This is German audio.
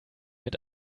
mit